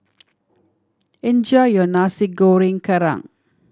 enjoy your Nasi Goreng Kerang